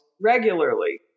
regularly